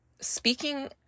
speaking